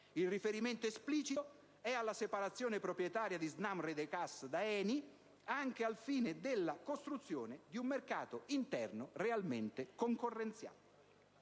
Il riferimento esplicito è alla separazione proprietaria di SNAM Rete Gas da ENI anche al fine della costruzione di un mercato interno realmente concorrenziale.